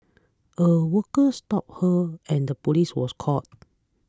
a worker stopped her and the police was called